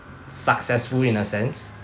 successful in a sense